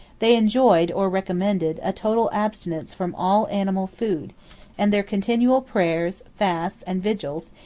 they enjoyed, or recommended, a total abstinence from all anima food and their continual prayers, fasts, and vigils,